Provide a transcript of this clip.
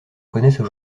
connaissent